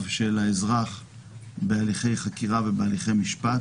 של האזרח בהליכי חקירה ובהליכי משפט.